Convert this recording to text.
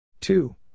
two